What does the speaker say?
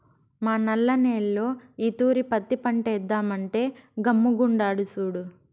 మా నల్ల నేల్లో ఈ తూరి పత్తి పంటేద్దామంటే గమ్ముగుండాడు సూడు